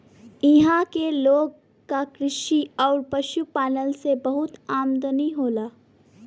इहां के लोग क कृषि आउर पशुपालन से बहुत आमदनी होला